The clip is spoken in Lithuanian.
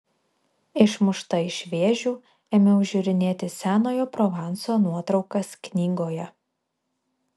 išmušta iš vėžių ėmiau žiūrinėti senojo provanso nuotraukas knygoje